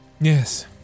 Yes